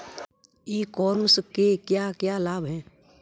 ई commerce के क्या क्या लाभ हैं?